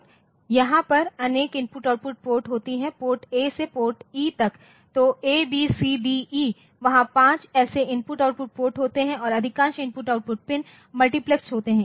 I O port यहाँ पर अनेक I O पोर्ट होती है पोर्ट A से PORT E तक तो A B C D E वहां 5 ऐसे I O पोर्ट होते हैं और अधिकांश I O पिन मल्टीप्लेक्स होते हैं